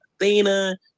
Athena